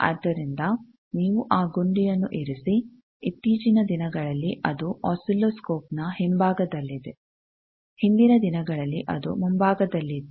ಆದ್ದರಿಂದ ನೀವು ಆ ಗುಂಡಿಯನ್ನು ಇರಿಸಿ ಇತ್ತೀಚಿನ ದಿನಗಳಲ್ಲಿ ಅದು ಆಸಿಲ್ಲೋಸ್ಕೋಪ್ನ ಹಿಂಭಾಗದಲ್ಲಿದೆ ಹಿಂದಿನ ದಿನಗಳಲ್ಲಿ ಅದು ಮುಂಭಾಗದಲ್ಲಿ ಇತ್ತು